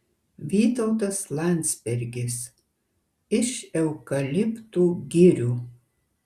vytautas landsbergis iš eukaliptų girių